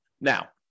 Now